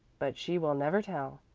but she will never tell.